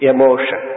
Emotion